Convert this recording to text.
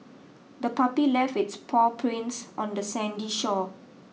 the puppy left its paw prints on the sandy shore